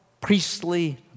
priestly